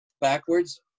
backwards